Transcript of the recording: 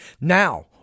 now